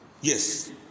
Yes